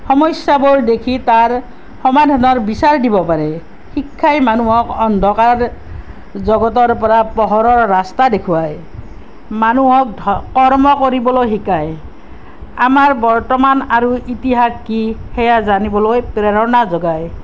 সমস্যাবোৰ দেখি তাৰ সমাধানৰ বিচাৰ দিব পাৰে শিক্ষাই মানুহক অন্ধকাৰ জগতৰ পৰা পোহৰৰ ৰাস্তা দেখুৱায় মানুহক কৰ্ম কৰিবলৈ শিকায় আমাৰ বৰ্তমান আৰু ইতিহাস কি সেয়া জানিবলৈ প্ৰেৰণা যোগায়